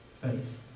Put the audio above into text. faith